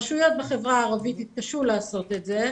רשויות בחברה הערבית התקשו לעשות את זה,